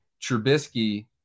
Trubisky